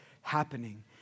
happening